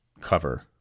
cover